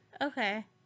okay